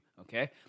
okay